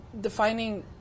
defining